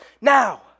now